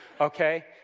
Okay